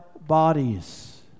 bodies